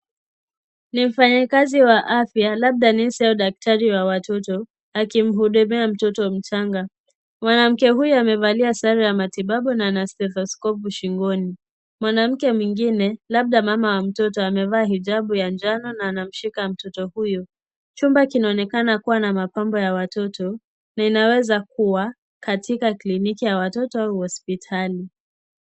Ni mfanyikazi wa afya, labda nesi au daktari wa watoto, akimhudumia mtoto mchanga. Mwanamke huyu amevalia sare ya matibabu na ana stetiskopu shingoni. Mwanamke mwingine, labda mama wa mtoto, amevaa hijabu ya njano na anamshika mtoto huyo. Chumba kinaonekana kuwa na mapambo ya watoto na inaweza kuwa katika kliniki ya watoto au hospitali.